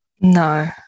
No